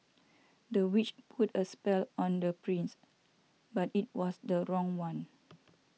the witch put a spell on the prince but it was the wrong one